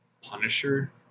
Punisher